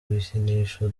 ibikinisho